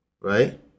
right